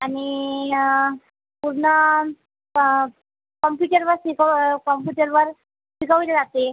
आणि पूर्ण कंप्युटरवर शिकव कंप्युटरवर शिकवले जाते